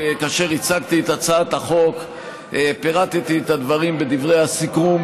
כאשר הצגתי את הצעת החוק פירטתי את הדברים בדברי הסיכום,